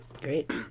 Great